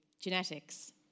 genetics